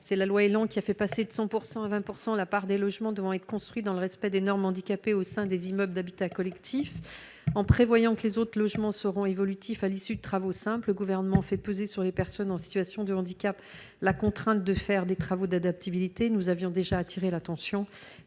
c'est la loi élan qui a fait passer de 100 pourcent à 20 pourcent la part des logements devant être construit dans le respect des normes handicapés au sein des immeubles d'habitat collectif en prévoyant que les autres logements seront évolutifs, à l'issue de travaux simples gouvernement fait peser sur les personnes en situation de handicap, la contrainte de faire des travaux d'adaptabilité, nous avions déjà attiré l'attention